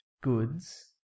goods